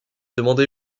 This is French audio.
demandée